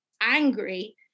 angry